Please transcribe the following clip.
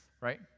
right